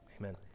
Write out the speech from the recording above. amen